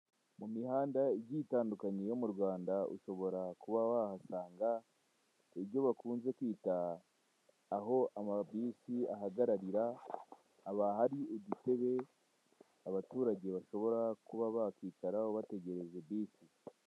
Mu mihanda igiye itandukanye yo mu Rwanda ushobora kuba wahasanga ibyo bakunze kwita aho amabisi ahagararira haba hari udutebe abaturage bashobora kuba bakwicaraho bategereje bisi.